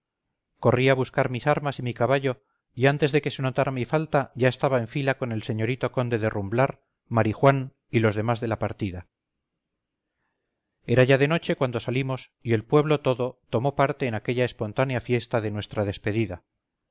a buscar mis armas y mi caballo y antes de que se notara mi falta ya estaba en fila con el señorito conde de rumblar marijuán y los demás de la partida era ya de noche cuando salimos y el pueblo todo tomó parte en aquella espontánea fiesta de nuestra despedida